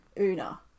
Una